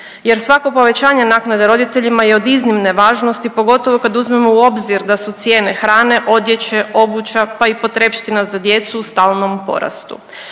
jer svako povećanje naknade roditeljima je od iznimne važnosti pogotovo kad uzmemo u obzir da su cijene hrane, odjeće, obuća pa i potrepština za djecu u stalnom porastu.